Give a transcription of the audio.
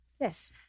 Yes